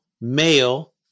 male